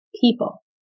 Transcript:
people